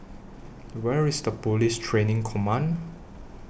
Where IS The Police Training Command